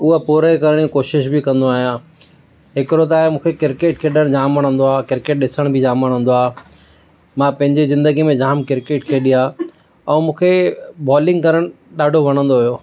उहा पूरी करण जी कोशिशि बि कंदो आहियां हिकिड़ो त आहे मूंखे क्रिकेट खेॾणु जामु वणंदो आहे क्रिकेट ॾिसणु बि जामु वणंदो आहे मां पंहिंजी ज़िंदगी में जामु क्रिकेट खेॾी आहे ऐं मूंखे बॉलिंग करणु ॾाढो वणंदो हुयो